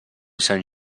sant